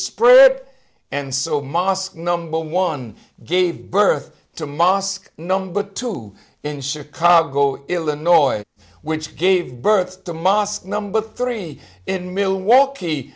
spread and so mosque number one gave birth to mosque number two in chicago illinois which gave birth to mosque number three in milwaukee